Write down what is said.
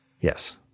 yes